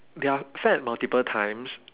they are fed multiple times